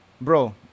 bro